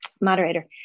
moderator